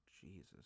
Jesus